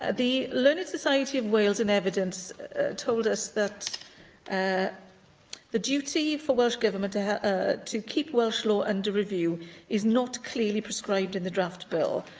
ah the learned society of wales in evidence told us that ah the duty for welsh government ah ah to keep welsh law under review is not clearly prescribed in the draft bill.